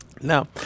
Now